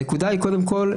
הנקודה היא קודם כל,